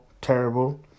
terrible